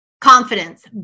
Confidence